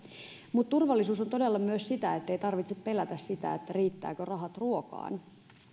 turvallisuus on todella myös sitä että ei tarvitse pelätä riittävätkö rahat ruokaan